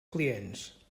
clients